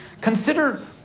Consider